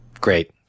great